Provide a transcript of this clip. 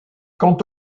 quant